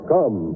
Come